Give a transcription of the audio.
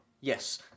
Yes